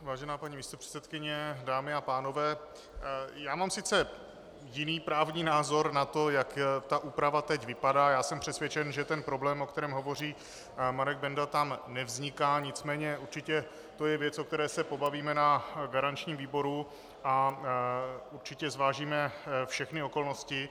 Vážená paní místopředsedkyně, dámy a pánové, mám sice jiný právní názor na to, jak úprava teď vypadá, jsem přesvědčen, že problém, o kterém hovoří Marek Benda, tam nevzniká, nicméně určitě to je věc, o které se pobavíme na garančním výboru, a určitě zvážíme všechny okolnosti.